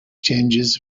changes